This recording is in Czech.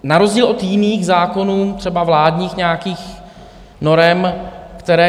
Na rozdíl od jiných zákonů, třeba vládních nějakých norem, které...